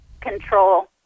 Control